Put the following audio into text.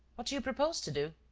what do you propose to do?